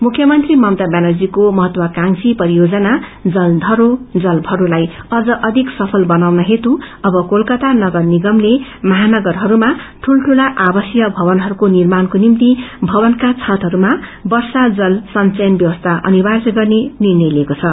मुख्यमंत्री ममता व्यानर्जीको महत्वाक्रंशी परियोजना जल धरो जल भरो लाई अढ अधिक सुत बनाउन हुतू अब कोलकाता नगर निगमले महानगरहस्थमा दूल्ठाला आवासीय थावनहरूको निर्माणहरूको निम्ति भवनका छातहरूमा वर्षा जल संचयन व्यवसी अनिर्वाय गर्ने निर्णय लिएको छ